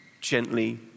gently